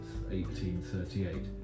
1838